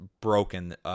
broken